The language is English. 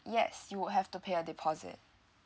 yes you would have to pay a deposit